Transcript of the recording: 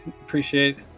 Appreciate